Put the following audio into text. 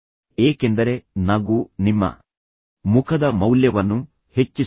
ಏಕೆಂದರೆ ನಗು ನಿಮ್ಮ ಮುಖದ ಮೌಲ್ಯವನ್ನು ಹೆಚ್ಚಿಸುತ್ತದೆ